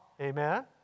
Amen